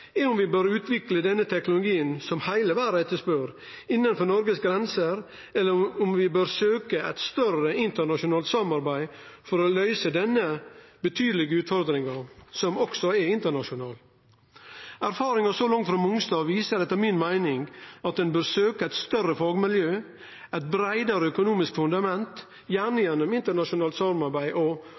er om vi bør utvikle denne teknologien – som heile verda etterspør – innanfor Noregs grenser, eller om vi bør søkje eit større internasjonalt samarbeid for å løyse denne betydelege utfordringa, som også er internasjonal. Erfaringane så langt frå Mongstad viser etter mi meining at ein bør søkje eit større fagmiljø, eit breiare økonomisk fundament, gjerne gjennom internasjonalt samarbeid, og